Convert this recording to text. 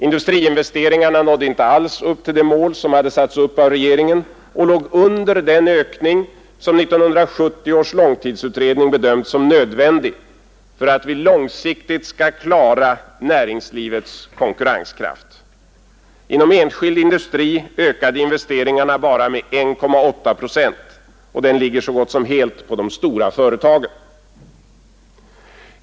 Industriinvesteringarna nådde inte alls upp till det mål som hade satts av regeringen och låg under den ökning som 1970 års långtidsutredning bedömt som nödvändig för att vi långsiktigt skall klara näringslivets konkurrenskraft. Inom enskild industri ökade investeringarna bara med 1,8 procent, och ökningen ligger så gott som helt på de stora företagen.